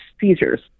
seizures